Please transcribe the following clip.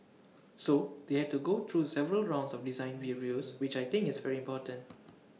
so they had to go through several rounds of design reviews which I think is very important